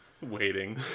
Waiting